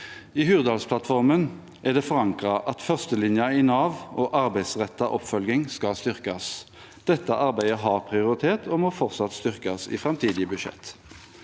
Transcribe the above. I Hurdalsplattformen er det forankret at førstelinjen i Nav og arbeidsrettet oppfølging skal styrkes. Dette arbeidet har prioritet og må fortsatt styrkes i framtidige budsjett.